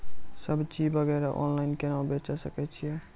सब्जी वगैरह ऑनलाइन केना बेचे सकय छियै?